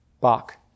Bach